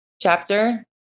chapter